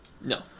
No